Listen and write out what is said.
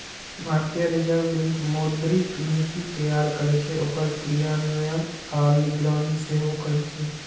भारतीय reserve bank मौद्रिक नीति तैयार करै छै, ओकर क्रियान्वयन आ निगरानी सेहो करै छै